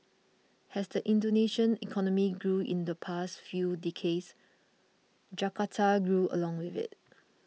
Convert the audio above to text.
as the Indonesian economy grew in the past few decades Jakarta grew along with it